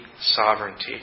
sovereignty